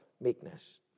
meekness